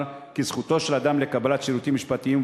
כי "זכותו של אדם לקבלת שירותים משפטיים,